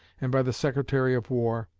and by the secretary of war,